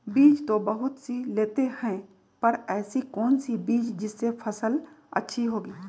बीज तो बहुत सी लेते हैं पर ऐसी कौन सी बिज जिससे फसल अच्छी होगी?